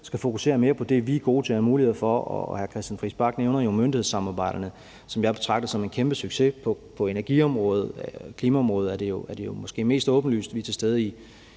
skal fokusere mere på det, vi er gode til og har muligheder for, og hr. Christian Friis Bach nævner jo myndighedssamarbejderne, som jeg betragter som en kæmpesucces på energiområdet, og på klimaområdet er det jo måske mest åbenlyst. Vi er til stede i